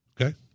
okay